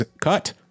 cut